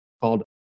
called